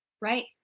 Right